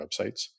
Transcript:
websites